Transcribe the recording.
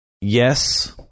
Yes